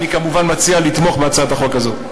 אני כמובן מציע לתמוך בהצעת החוק הזאת.